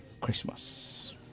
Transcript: Christmas